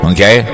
Okay